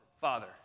Father